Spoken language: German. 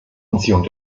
anziehung